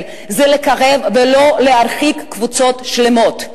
זה לקרב ולא להרחיק קבוצות שלמות.